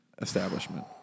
establishment